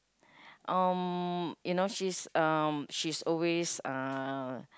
um you know she's um she's always uh